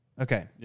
Okay